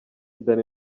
danny